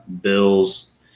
Bills